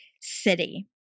city